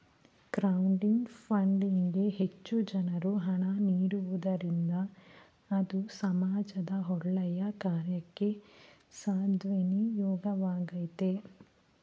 crowding funding ಗೆ ಹೆಚ್ಚು ಜನರು ಹಣ ನೀಡುವುದರಿಂದ ಅದು ಸಮಾಜದ ಒಳ್ಳೆಯ ಕಾರ್ಯಕ್ಕೆ ಸದ್ವಿನಿಯೋಗವಾಗ್ತದೆ